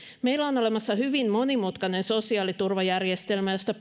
meillä on olemassa hyvin monimutkainen sosiaaliturvajärjestelmä josta